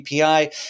API